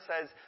says